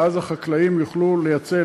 ואז החקלאים יוכלו לייצא,